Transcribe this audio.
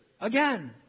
again